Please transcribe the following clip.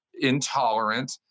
intolerant